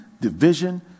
division